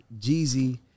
Jeezy